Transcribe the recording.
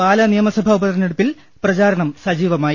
പാലാ നിയമസഭാ ഉപതെരഞ്ഞെടുപ്പിൽ പ്രചാരണം സജീവ മായി